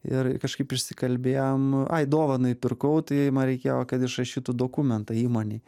ir kažkaip išsikalbėjom ai dovanai pirkau tai man reikėjo kad išrašytų dokumentą įmonei